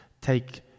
take